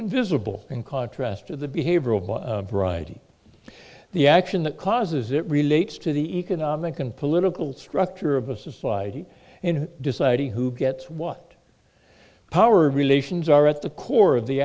invisible in contrast to the behavior of the variety the action that causes it relates to the economic and political structure of a society in deciding who gets what power relations are at the core of the